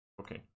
Okay